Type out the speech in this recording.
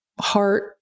heart